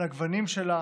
על הגוונים שלה